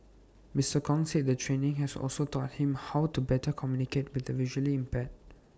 Mister Kong said the training has also taught him how to better communicate with the visually impaired